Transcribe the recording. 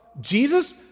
Jesus